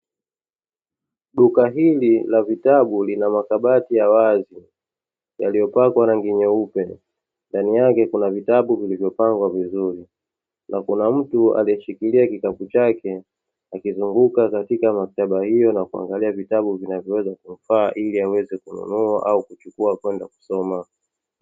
Duka hili la vitabu lina makabati ya wazi yaliyopakwa rangi nyeupe. Ndani yake kuna vitabu vilivyopangwa vizuri na kuna mtu aliyeshikilia kikapu chake akizunguka katika maktaba hiyo na kuangalia vitabu vinavyoweza kumfaa ili aweze kununua au kuchukua kwenda kusoma.